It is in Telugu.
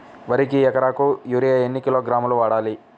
వరికి ఎకరాకు యూరియా ఎన్ని కిలోగ్రాములు వాడాలి?